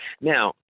Now